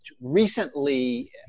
recently